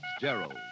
Gerald